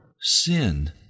sin